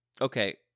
okay